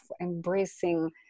embracing